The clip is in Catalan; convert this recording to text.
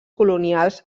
colonials